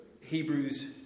Hebrews